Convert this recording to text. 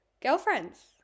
girlfriends